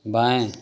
बाएँ